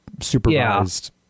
supervised